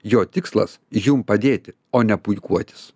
jo tikslas jum padėti o ne puikuotis